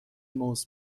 موز